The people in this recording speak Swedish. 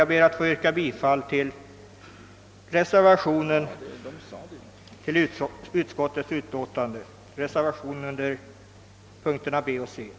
Jag ber att få yrka bifall till reservationen beträffande punkterna B och C.